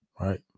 right